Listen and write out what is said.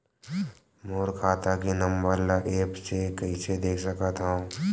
मोर खाता के नंबर ल एप्प से कइसे देख सकत हव?